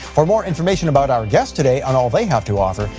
for more information about our guest today and all they have to offer,